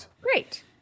great